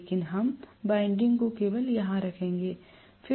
लेकिन हम वाइंडिंग को केवल यहां रखेंगे